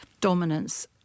dominance